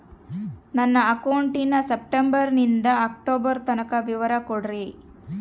ನನ್ನ ಅಕೌಂಟಿನ ಸೆಪ್ಟೆಂಬರನಿಂದ ಅಕ್ಟೋಬರ್ ತನಕ ವಿವರ ಕೊಡ್ರಿ?